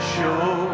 Show